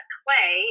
clay